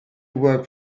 work